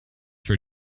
for